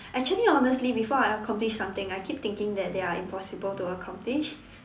actually honestly before I accomplish something I keep thinking that they are impossible to accomplish